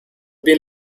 been